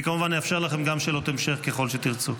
אני כמובן אאפשר לכם גם שאלות המשך ככל שתרצו.